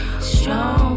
Strong